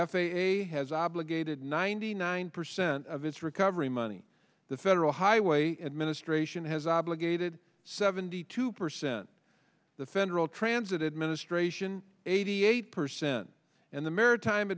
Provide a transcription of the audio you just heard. f a a has obligated ninety nine percent of its recovery money the federal highway administration has obligated seventy two percent the federal transit administration eighty eight percent and the maritime